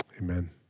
Amen